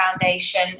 Foundation